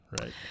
Right